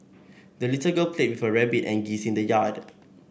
the little girl played with her rabbit and geese in the yard